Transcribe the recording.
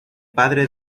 padre